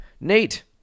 Nate